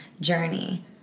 journey